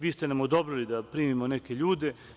Vi ste nam odobrili da primimo neke ljude.